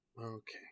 Okay